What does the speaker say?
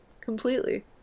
completely